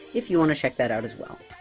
if you want to check that out as well.